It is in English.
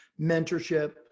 mentorship